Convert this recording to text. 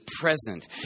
present